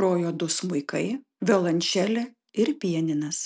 grojo du smuikai violončelė ir pianinas